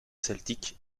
celtique